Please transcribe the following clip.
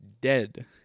dead